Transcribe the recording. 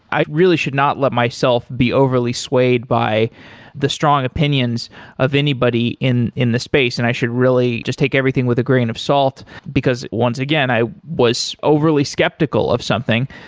i really should not let myself be overly swayed by the strong opinions of anybody in in the space, and i should really just take everything with a grain of salt, because once again i was overly skeptical of something.